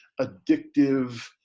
addictive